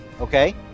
Okay